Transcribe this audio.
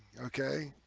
okay